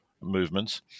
movements